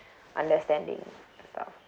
understanding ya